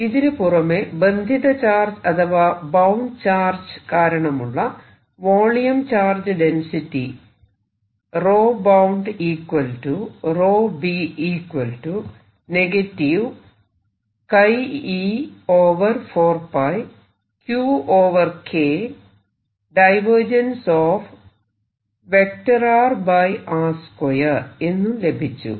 ഇതിനു പുറമെ ബന്ധിത ചാർജ് അഥവാ ബൌണ്ട് ചാർജ് കാരണമുള്ള വോളിയം ചാർജ് ഡെൻസിറ്റി എന്നും ലഭിച്ചു